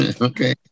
okay